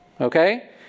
Okay